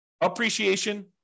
appreciation